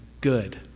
good